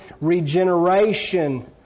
regeneration